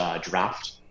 draft